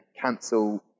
cancel